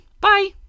bye